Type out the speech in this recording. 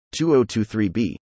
2023b